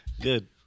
Good